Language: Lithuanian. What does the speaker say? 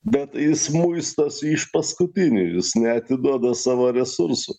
bet jis muistosi iš paskutinių jis neatiduoda savo resursų